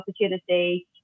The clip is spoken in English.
opportunity